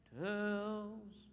tells